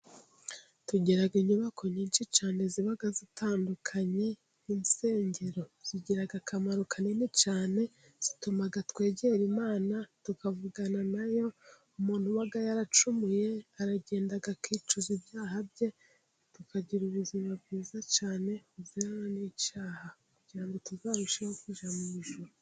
Tugira inyubako nyinshi cyane ziba zitandukanye; insengero zigira akamaro kanini cyane; zituma twegera Imana tukavugana na yo, umuntu waba yaracumuye aragenda akakicuza ibyaha bye, tukagira ubuzima bwiza cyane buzirana n'icyaha kugira ngo tuzarusheho kujya mu ijuru.